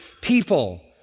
people